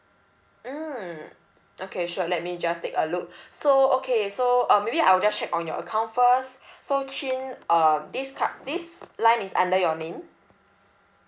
mm okay sure let me just take a look so okay so uh maybe I'll just check on your account first so chin um this card this line is under your name